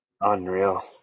Unreal